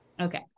Okay